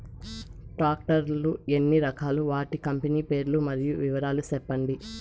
Tractor లు ఎన్ని రకాలు? వాటి కంపెని పేర్లు మరియు వివరాలు సెప్పండి?